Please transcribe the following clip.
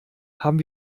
haben